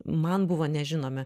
man buvo nežinomi